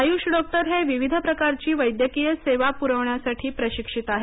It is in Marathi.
आयूष डॉक्टर हे विविध प्रकारची वैद्यकीय सेवा पुरवण्यासाठी प्रशिक्षित आहेत